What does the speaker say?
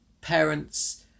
parents